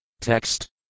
Text